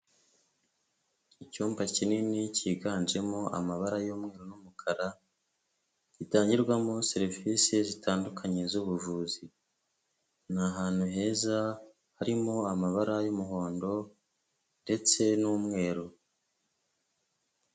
Icyumba kinini cyiganjemo amabara y'umweru n'umukara, gitangirwamo serivise zitandukanye z'ubuvuzi. Ni ahantu heza, harimo amabara y'umuhondo ndetse n'umweru.